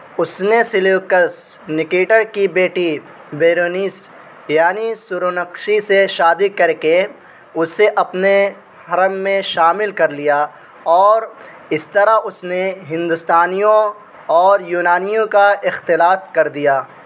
اس نے Seleucus Nicator کی بیٹی بیرینیس یعنی سورونقشی سے شادی کر کے اسے اپنے حرم میں شامل کر لیا اور اس طرح اس نے ہندوستانیوں اور یونانیوں کا اختلاط کر دیا